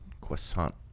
croissant